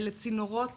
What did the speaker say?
אלה צינורות